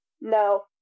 no